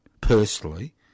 personally